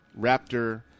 Raptor